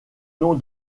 nom